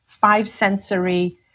five-sensory